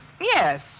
Yes